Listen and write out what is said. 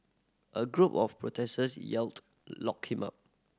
a group of protesters yelled lock him up